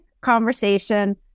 conversation